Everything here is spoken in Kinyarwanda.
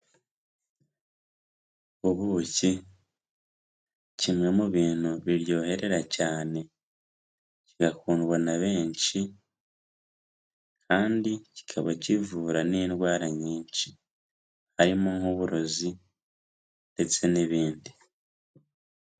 Ubuki, kimwe mu bintu biryoherera cyane. Kigakundwa na benshi kandi kikaba kivura n'indwara nyinshi, harimo nk'uburozi ndetse n'ibindi